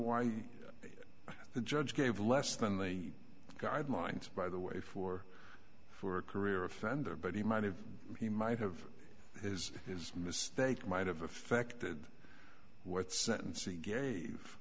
why the judge gave less than the guidelines by the way for for career offender but he might have he might have his his mistake might have affected what sentence he gave